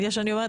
אני אומרת,